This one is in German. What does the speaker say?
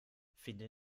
finde